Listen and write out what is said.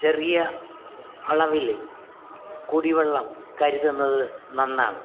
ചെറിയ അളവിൽ കുടിവെള്ളം കരുതുന്നത് നന്നാണ്